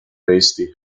testi